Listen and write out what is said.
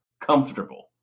comfortable